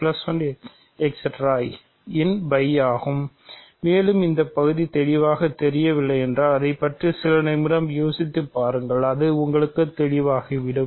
இன் φ ஆகும் மேலும் இந்த பகுதி தெளிவாக தெரியவில்லை என்றால் அதைப் பற்றி சில நிமிடங்கள் யோசித்துப் பாருங்கள் அது உங்களுக்கு தெளிவாகிவிடும்